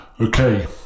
Okay